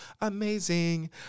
amazing